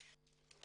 וכו'.